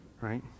Right